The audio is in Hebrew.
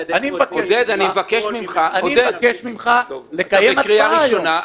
אני מבקש ממך לקיים הצבעה היום.